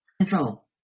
Control